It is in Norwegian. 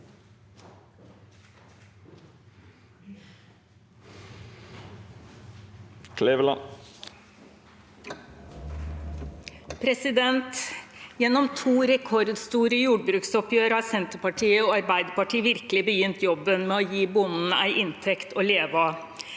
Gjennom to rekordstore jordbruksoppgjør har Senterpartiet og Arbeiderpartiet virkelig begynt jobben med å gi bonden en inntekt å leve av.